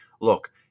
look